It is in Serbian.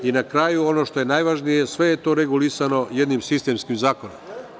Na kraju, ono što je najvažnije, sve je to regulisano jednim sistemskim zakonom.